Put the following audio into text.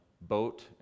boat